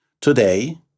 Today